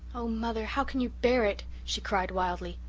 oh, mother, how can you bear it? she cried wildly.